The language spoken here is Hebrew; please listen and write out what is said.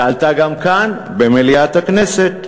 ועלתה גם כאן, במליאת הכנסת.